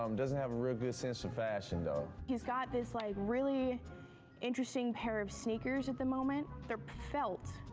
um doesn't have a real good sense of fashion, though. he's got this like really interesting pair of sneakers at the moment. they're felt,